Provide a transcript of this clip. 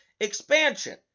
expansion